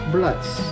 Bloods